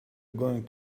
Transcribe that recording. going